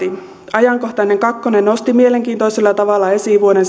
ajankohtainen kakkonen nosti mielenkiintoisella tavalla esiin vuoden